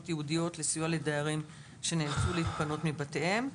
ייעודיות לסיוע לדיירים שנאלצו להתפנות מבתיהם.